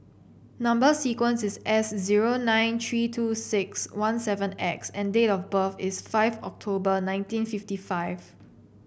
number sequence is S zero nine three two six one seven X and date of birth is five October nineteen fifty five